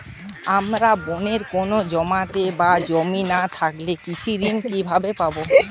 আমার বোনের কোন জামানত বা জমি না থাকলে কৃষি ঋণ কিভাবে পাবে?